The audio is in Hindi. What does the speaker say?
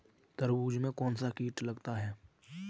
तरबूज में कौनसा कीट लगता है?